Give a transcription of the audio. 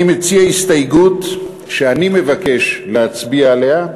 אני מציע הסתייגות שאני מבקש להצביע עליה,